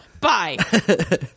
Bye